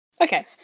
Okay